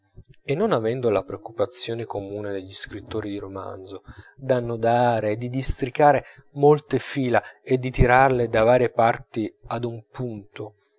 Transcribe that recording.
e non avendo la preoccupazione comune degli scrittori di romanzo d'annodare e di districare molte fila e di tirarle da varie parti ad un punto